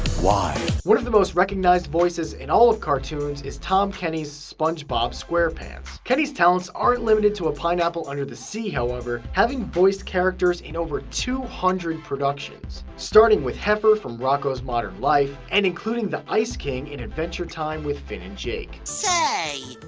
why? one of the most recognized voices in all of cartoons is tom kenny's spongebob squarepants. kenny's talents aren't limited to a pineapple under the sea, however, having voiced characters in over two hundred productions. starting with heffer from rocko's modern life and including the ice king in adventure time with finn and jake. whooo